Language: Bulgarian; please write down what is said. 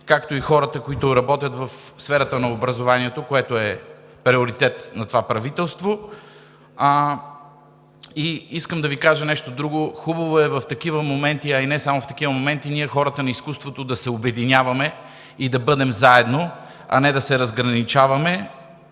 както и хората, които работят в сферата на образованието, което е приоритет на това правителство. Искам да Ви кажа и нещо друго: хубаво е в такива моменти, а и не само в такива моменти, ние – хората на изкуството, да се обединяваме и да бъдем заедно, а не да се разграничаваме.